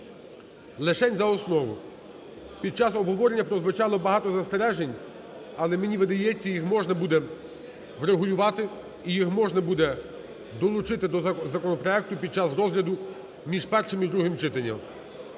лишень за основу. Під час обговорення прозвучало багато застережень, але, мені видається, їх можна буде врегулювати і їх можна буде долучити до законопроекту під час розгляду між першим і другим читанням.